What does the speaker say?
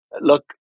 Look